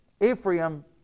Ephraim